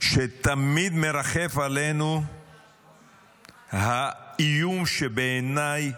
שתמיד מרחף עלינו האיום שבעיניי